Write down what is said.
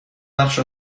نقشه